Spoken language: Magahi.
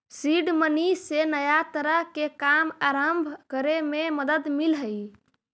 सीड मनी से नया तरह के काम आरंभ करे में मदद मिलऽ हई